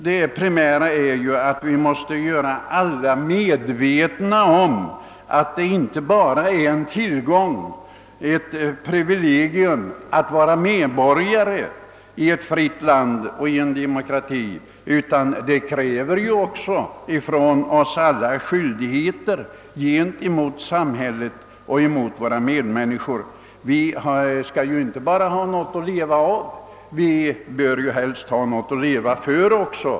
Det primära är att vi måste göra alla medvetna om att det inte bara är ett privilegium att vara medborgare i ett fritt land, i en demokrati, utan att det också medför skyldigheter gentemot medmänniskorna och samhället. Vi skall ju inte bara ha något att leva av utan helst också ha någonting att leva för.